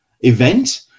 event